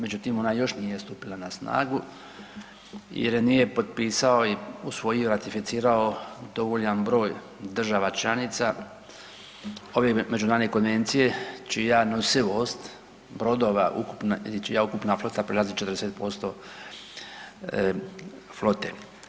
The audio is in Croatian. Međutim, ona još nije stupila na snagu, jer je nije potpisao i usvojio, ratificirao dovoljan broj država članica ove Međunarodne konvencije čija nosivost brodova, čija ukupna flota prelazi 40% flote.